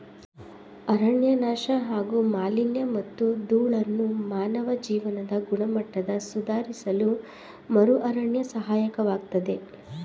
ಅರಣ್ಯನಾಶ ಹಾಗೂ ಮಾಲಿನ್ಯಮತ್ತು ಧೂಳನ್ನು ಮಾನವ ಜೀವನದ ಗುಣಮಟ್ಟ ಸುಧಾರಿಸಲುಮರುಅರಣ್ಯ ಸಹಾಯಕವಾಗ್ತದೆ